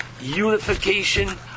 unification